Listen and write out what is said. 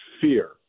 Fear